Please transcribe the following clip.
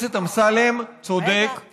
תקשיב, תקשיב.